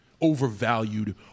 overvalued